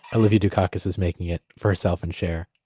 olivia dukakis is making it for herself and cher.